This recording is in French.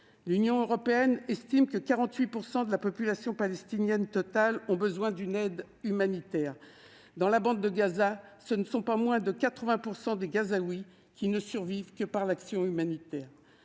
L'Union européenne estime que 48 % de la population palestinienne totale a besoin d'une aide humanitaire. Dans la bande de Gaza, ce ne sont pas moins de 80 % des Gazaouis qui ne survivent que par l'action humanitaire.